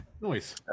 Nice